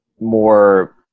more